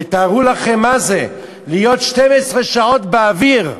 תתארו לכם מה זה להיות 12 שעות באוויר.